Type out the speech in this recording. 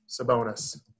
Sabonis